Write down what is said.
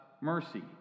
mercy